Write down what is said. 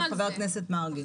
אנחנו עכשיו מדברים על כספומטים.